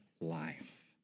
life